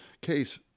case